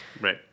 Right